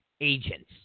agents